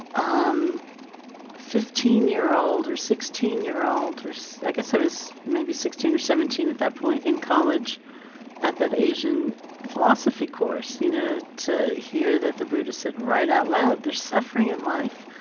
um fifteen year old or sixteen year old or so i guess i was maybe sixteen or seventeen at that point in college at that asian philosophy course you know to hear that the buddha said right out loud, there's suffering in life.